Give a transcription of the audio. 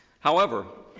however,